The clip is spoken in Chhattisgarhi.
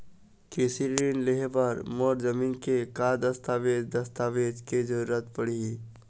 कृषि ऋण लेहे बर मोर जमीन के का दस्तावेज दस्तावेज के जरूरत पड़ही?